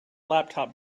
laptop